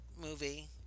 movie